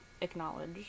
acknowledge